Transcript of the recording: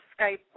Skype